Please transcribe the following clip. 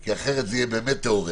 כי אחרת זה יהיה באמת תיאורטי.